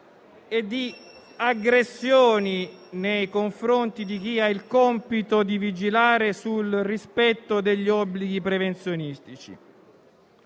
e di aggressioni nei confronti di chi ha il compito di vigilare sul rispetto degli obblighi prevenzionistici.